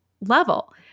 level